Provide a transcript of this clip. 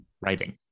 writing